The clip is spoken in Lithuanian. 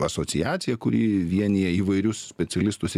asociacija kuri vienija įvairius specialistus